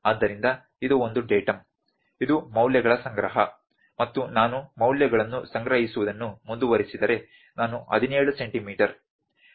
ಆದ್ದರಿಂದ ಇದು ಒಂದು ಡೇಟಮ್ ಇದು ಮೌಲ್ಯಗಳ ಸಂಗ್ರಹ ಮತ್ತು ನಾನು ಮೌಲ್ಯಗಳನ್ನು ಸಂಗ್ರಹಿಸುವುದನ್ನು ಮುಂದುವರಿಸಿದರೆ ನಾನು 17 ಸೆಂಟಿಮೀಟರ್ 17